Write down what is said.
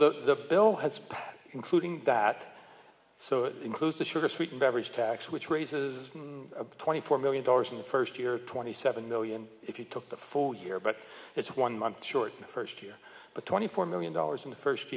the bill has including that so it includes the sugar sweetened beverage tax which raises twenty four million dollars in the first year twenty seven million if you took the full year but it's one month short the first year but twenty four million dollars in the first